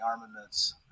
armaments